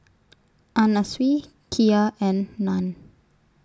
Anna Sui Kia and NAN